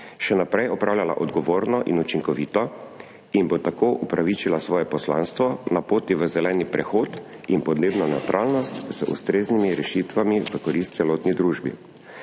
še naprej opravljala odgovorno in učinkovito in bo tako upravičila svoje poslanstvo na poti v zeleni prehod in podnebno nevtralnost z ustreznimi rešitvami v korist celotni družbi.